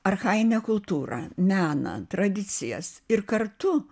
archainę kultūrą meną tradicijas ir kartu